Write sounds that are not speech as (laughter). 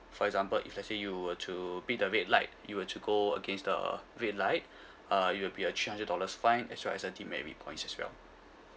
for example if let's say you were to beat the red light you were to go against the red light (breath) uh it'll be a three hundred dollars fine as well as a demerit points as well